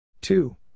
Two